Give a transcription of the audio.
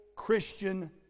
Christian